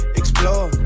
explore